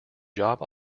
job